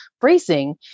bracing